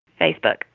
Facebook